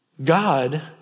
God